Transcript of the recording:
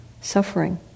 Suffering